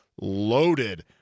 loaded